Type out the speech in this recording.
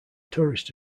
tourist